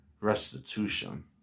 restitution